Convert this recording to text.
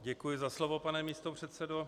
Děkuji za slovo, pane místopředsedo.